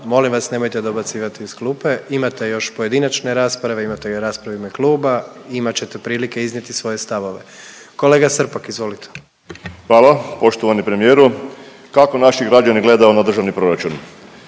Molim vas nemojte dobacivati iz klupe, imate još pojedinačne rasprave, imate rasprave u ime kluba, imat ćete prilike iznijeti svoje stavove. Kolega Srpak izvolite. **Srpak, Dražen (HDZ)** Hvala. Poštovani premijeru, kako naši građani gledaju na Državni proračun?